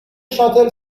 شاتل